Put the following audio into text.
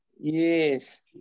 yes